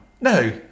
No